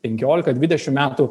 penkiolika dvidešim metų